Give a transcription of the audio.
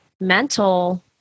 mental